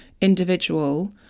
individual